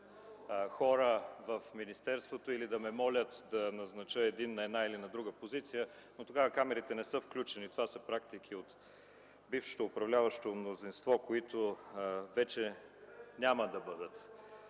хора в министерството или да ме молят да назнача някой на една или друга позиция. Но тогава камерите не са включени. Това са практики от бившето управляващо мнозинство, които вече няма да бъдат